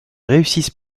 réussissent